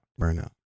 Burnout